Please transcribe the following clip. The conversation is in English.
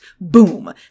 boom